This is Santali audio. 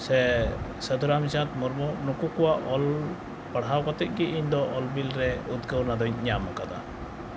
ᱥᱮ ᱥᱟᱹᱫᱷᱩ ᱨᱟᱢᱪᱟᱸᱫᱽ ᱢᱩᱨᱢᱩ ᱱᱩᱠᱩ ᱠᱚᱣᱟᱜ ᱚᱞ ᱯᱟᱲᱦᱟᱣ ᱠᱟᱛᱮ ᱜᱮ ᱤᱧᱫᱚ ᱚᱞᱵᱮᱞᱨᱮ ᱩᱫᱽᱜᱟᱹᱣ ᱚᱱᱟᱫᱚᱧ ᱧᱟᱢ ᱟᱠᱟᱫᱟ